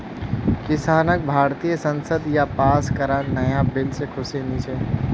किसानक भारतीय संसद स पास कराल नाया बिल से खुशी नी छे